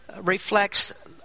reflects